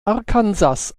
arkansas